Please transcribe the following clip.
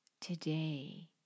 today